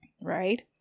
right